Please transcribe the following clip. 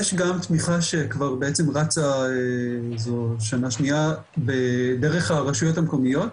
יש גם תמיכה שכבר בעצם רצה זו שנה שנייה דרך הרשויות המקומיות,